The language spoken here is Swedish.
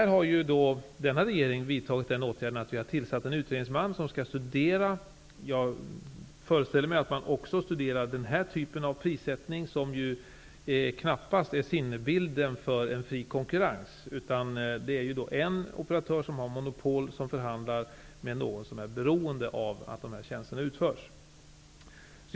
Regeringen har tillsatt en utredningsman som, föreställer jag mig, också skall studera denna typ av prissättning. Det är knappast sinnebilden för en fri konkurrens att en operatör med monopol förhandlar med någon som är beroende av att tjänsterna utförs.